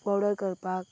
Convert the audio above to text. order करपाक